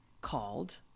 called